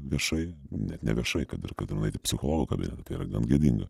viešai net neviešai kad ir kad nueit į psichologo kabinetą tai yra gan gėdinga